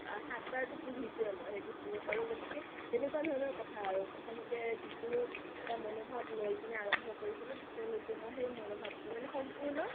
সাতবাৰতো পঢ়িছোৱেই মই সেইটো ক'ব পাৰোঁ গতিকে তেনেকুৱাধৰণৰ কথা আৰু প্ৰথমতে যিটো এটা মনোভাব লৈকেনে আৰম্ভ কৰিছিলোঁ পিছলৈকে মোৰ সেই মনোভাবটো মানে সম্পূৰ্ণ